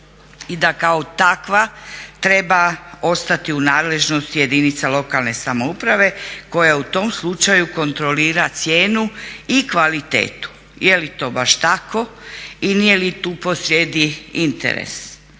i da kao takva treba ostati u nadležnosti jedinica lokalne samouprave koja u tom slučaju kontrolira cijenu i kvalitetu. Je li to baš tako i nije li tu po srijedi interes.